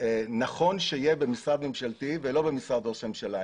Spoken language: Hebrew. נכון שיהיה במשרד ממשלתי ולא במשרד ראש הממשלה.